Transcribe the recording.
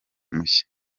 mushya